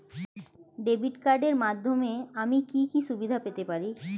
Debit কার্ডের মাধ্যমে আমি কি কি সুবিধা পেতে পারি?